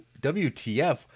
WTF